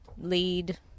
lead